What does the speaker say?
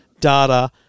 data